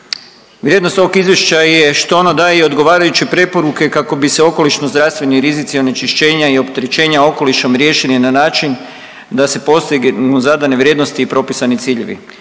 Vrijednost ovog izvješća je što ono daje i odgovarajuće preporuke kako bi se okolišno zdravstveni rizici onečišćenja i opterećenja okolišem riješili na način da se postignu zadane vrijednosti i propisani ciljevi.